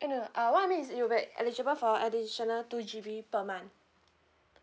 eh no no uh what I mean is you'll be eligible for additional two G_B per month